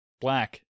black